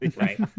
right